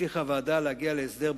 הצליחה הוועדה להגיע להסדר,